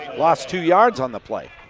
lost two yards on the play.